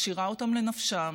משאירה אותם לנפשם,